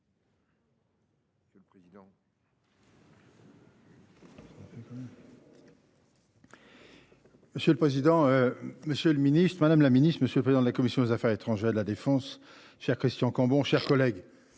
Monsieur le président. Monsieur le Ministre Madame la Ministre, Monsieur le président de la commission des affaires étrangères de la Défense cher Christian Cambon, chers collègues.